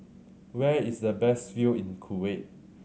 where is the best view in Kuwait